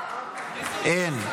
אין.